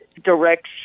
direct